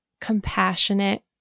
compassionate